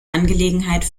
angelegenheit